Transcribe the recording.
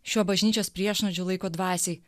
šiuo bažnyčios priešnuodžiu laiko dvasiai